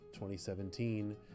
2017